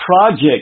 project